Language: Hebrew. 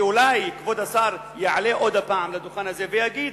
אולי כבוד השר יעלה עוד הפעם לדוכן הזה ויגיד: